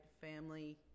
family